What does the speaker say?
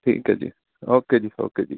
ਠੀਕ ਹੈ ਜੀ ਓਕੇ ਜੀ ਓਕੇ ਜੀ